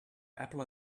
apple